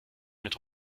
mit